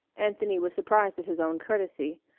anthony was surprised at his own courtesy.